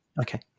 Okay